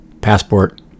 passport